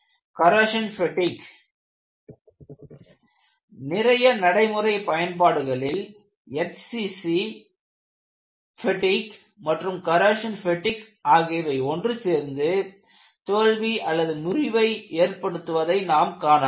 corrosion fatigue நிறைய நடைமுறை பயன்பாடுகளில் SCC பெட்டிக் மற்றும் கரோஷன் பெட்டிக் ஆகியவை ஒன்றுசேர்ந்து தோல்வி முறிவு ஏற்படுத்துவதை நாம் காணலாம்